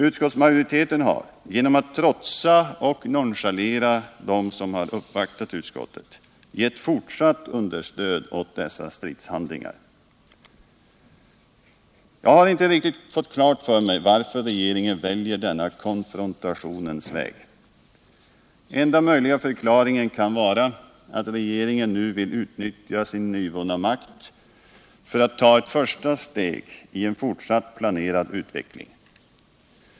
Utskottsmajoriteten har, genom att trotsa och nonchalera dem som uppvaktat utskottet, gett fortsatt understöd åt dessa stridshandlingar. Jag har inte riktigt fått klart för mig varför regeringen väljer denna konfrontationens väg. Enda förklaringen kan vara att regeringen nu vill utnyttja sin nyvunna makt för att ta ett första steg i en fortsatt planerad utveckling.